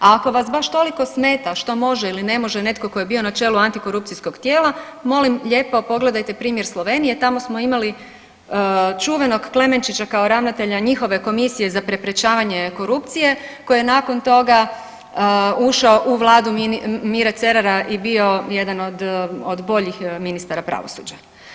A ako vas baš toliko smeta što može ili ne može netko tko je bio na čelu antikorupcijskog tijela molim lijepo pogledajte primjer Slovenije, tamo smo imali čuvenog Klemenčića kao ravnatelja njihove Komisije za sprečavanje korupcije koji je nakon toga ušao u Vladu Mire Cerara i bio jedan od boljih ministara pravosuđa.